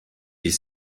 est